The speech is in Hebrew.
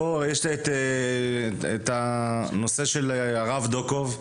יש את הנושא של הרב דוקוב,